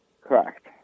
Correct